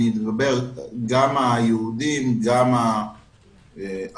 אני מדבר גם על יהודים וגם על ערבים,